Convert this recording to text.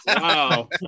Wow